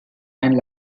and